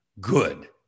good